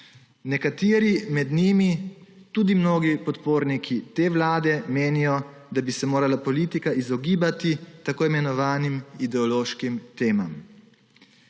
Nekateri med njimi, tudi mnogi podporniki te vlade, menijo, da bi se morala politika izogibati tako imenovanim ideološkim temam.